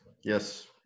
Yes